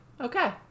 Okay